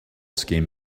scheme